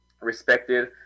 respected